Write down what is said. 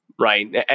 right